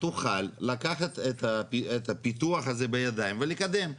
תוכל לקחת את הפיתוח הזה בידיים ולקדם.